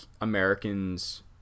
Americans